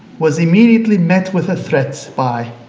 was immediately met with a threat by